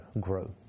grow